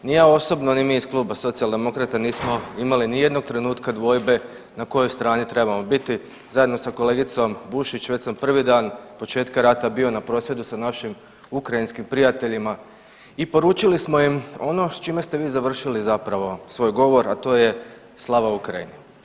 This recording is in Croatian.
Ni ja osobni ni mi iz kluba Socijaldemokrata nismo imali nijednog trenutka dvojbe na kojoj strani trebamo biti zajedno sa kolegicom Bušić već sam prvi dan početka rata bio na prosvjedu sa našim ukrajinskim prijateljima i poručili smo im ono s čime ste vi završili zapravo svoj govor, a to je „Slava Ukrajini!